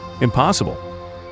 Impossible